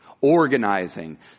organizing